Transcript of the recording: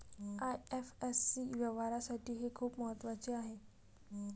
IFSC व्यवहारासाठी हे खूप महत्वाचे आहे